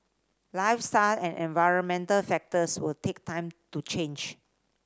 lifestyle and environmental factors will take time to change